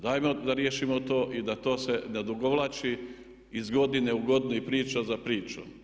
Dajmo da riješimo to i da to se ne odugovlači iz godine u godinu i priča za pričom.